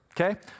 okay